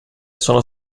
sono